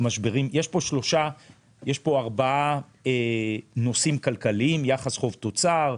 יש פה ארבעה נושאים כלכליים: יחס חוב-תוצר,